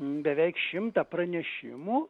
beveik šimtą pranešimų